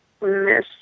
miss